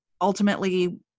ultimately